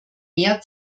mehr